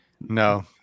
no